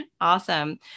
Awesome